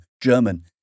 German